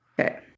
Okay